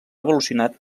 evolucionat